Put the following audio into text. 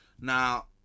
Now